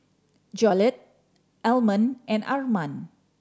Jolette Almon and Arman